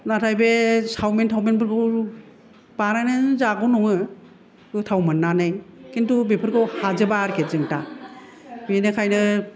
नाथाय बे सावमिन थावमिनफोरखौ बानायनानै जागौ सानो गोथाव मोननानै किन्तु बेफोरखौ हाजोबा आरोखि जों दा बेनिखायनो